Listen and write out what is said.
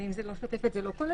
ואם זה לא "שוטפת", זה לא כולל?